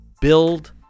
Build